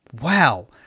Wow